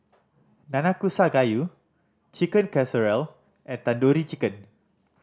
Nanakusa Gayu Chicken Casserole and Tandoori Chicken